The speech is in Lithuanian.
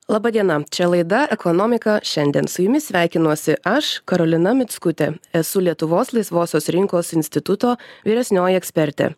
laba diena čia laida ekonomika šiandien su jumis sveikinuosi aš karolina mickutė esu lietuvos laisvosios rinkos instituto vyresnioji ekspertė